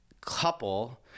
couple